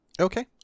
Okay